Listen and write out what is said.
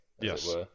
Yes